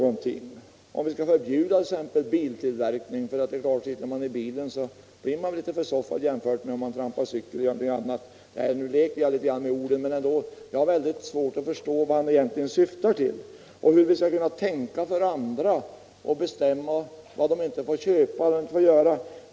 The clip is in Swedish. Jag vet inte vad herr Gustavsson egentligen syftar till, men tillåt mig leka med tanken att vi skulle vilja stoppa marknadsföringen av bilar — man ju blir litet försoffad när man sitter i bilen jämfört med när man trampar cykel eller gör något annat. Vi kan ju inte tänka för andra och bestämma vad de skall köpa eller göra.